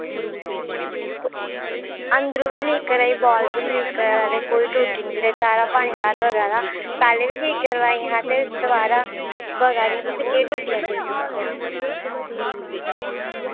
अंदरो बी लीक करा दी बाह्र बी लीक करा दा ते कोई टूट्टी निं चढ़ाई सारा पानी बाह्र बगा दा पैह्ले बी ठीक करवाइयां हां ते दवारा बगा दियां तुसैं केह् टूटियां ठीक कीतियां